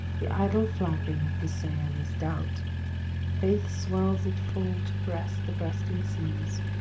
the idle flapping of the sail is doubt faith swells it full to breast the breasting seas.